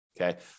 okay